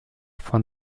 von